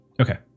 Okay